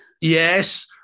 Yes